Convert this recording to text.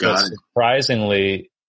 Surprisingly